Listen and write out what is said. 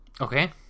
Okay